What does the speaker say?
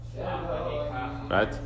right